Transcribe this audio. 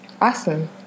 awesome